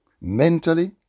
mentally